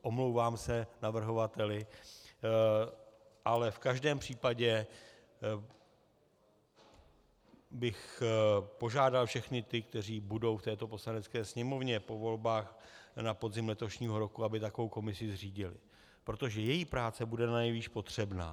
Omlouvám se navrhovateli, ale v každém případě bych požádal všechny ty, kteří budou v této Poslanecké sněmovně po volbách na podzim letošního roku, aby takovou komisi zřídili, protože její práce bude nanejvýš potřebná.